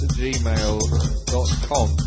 gmail.com